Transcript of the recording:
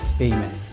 Amen